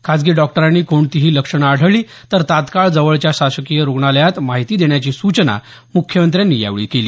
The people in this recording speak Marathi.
खासगी डॉक्टरांनी कोणतीही लक्षण आढळली तर तात्काळ जवळच्या शासकीय रूग्णालयात माहिती देण्याची सूचना मुख्यमंत्र्यांनी यावेळी दिली